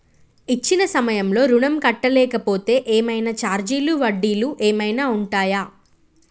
ఇచ్చిన సమయంలో ఋణం కట్టలేకపోతే ఏమైనా ఛార్జీలు వడ్డీలు ఏమైనా ఉంటయా?